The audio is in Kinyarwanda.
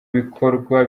bikorwa